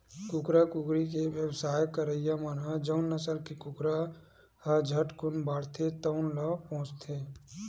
कुकरा, कुकरी के बेवसाय करइया मन ह जउन नसल के कुकरा ह झटकुन बाड़थे तउन ल पोसथे